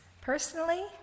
Personally